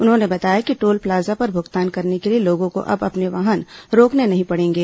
उन्होंने बताया कि टोल प्लाजा पर भुगतान करने के लिए लोगों को अब अपने वाहन रोकने नहीं पड़ेंगे